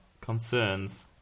concerns